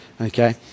okay